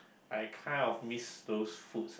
I kind of miss those foods uh